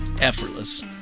effortless